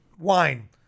wine